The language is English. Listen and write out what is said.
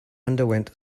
underwent